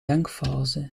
denkfase